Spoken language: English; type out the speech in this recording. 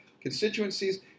constituencies